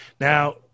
Now